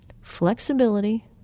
flexibility